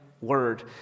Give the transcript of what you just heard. word